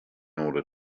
order